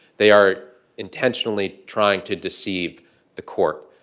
they are intentionally trying to deceive the court.